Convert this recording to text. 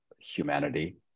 humanity